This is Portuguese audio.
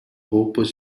roupas